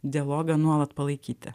dialogą nuolat palaikyti